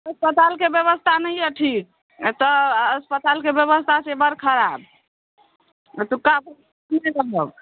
अस्पतालके व्यवस्था नहि यए ठीक एतय अस्पतालके व्यवस्था छै बड़ खराब एतुका भरोसे नहि रहब